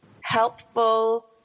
helpful